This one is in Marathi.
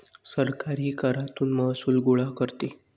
सरकारही करातून महसूल गोळा करते